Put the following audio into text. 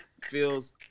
feels